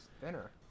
thinner